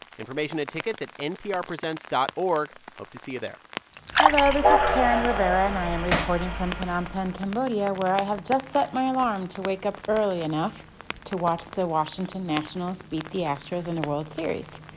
information and tickets at nprpresents dot org. hope to see you there hello. this is karen rivera. and i am recording from phnom penh, cambodia, where i have just set my alarm to wake up early enough to watch the washington nationals beat the astros in the world series.